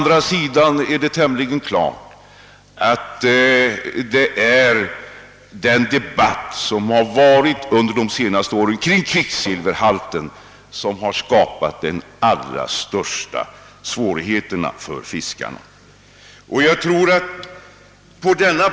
Men det är också ganska klart att den debatt som förts under de senaste åren om kvicksilverhalten i insjöfisk har skapat de största svårigheterna för fiskerinäringen.